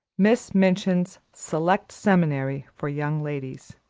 miss minchin's select seminary for young ladies